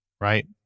Right